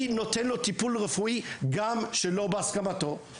נותן לו טיפול רפואי גם שלא בהסכמתו".